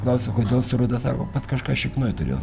klausiu kodėl su ruda sako kad kažką šiknoj turiu